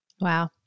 Wow